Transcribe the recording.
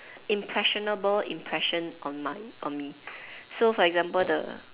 impressionable impression on my on me so for example the